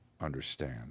understand